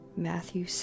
Matthew